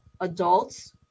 adults